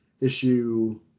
issue